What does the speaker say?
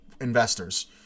investors